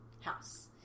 house